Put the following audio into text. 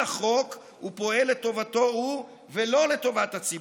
החוק ופועל לטובתו הוא ולא לטובת הציבור.